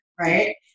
Right